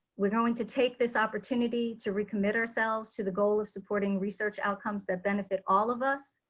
we are going to take this opportunity to recommit ourselves to the goal of supporting research outcomes that benefit all of us.